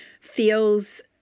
feels